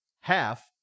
half